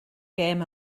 gêm